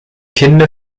kinde